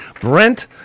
Brent